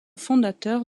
fondateur